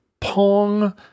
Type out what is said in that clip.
pong